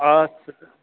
अच्छा